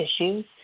issues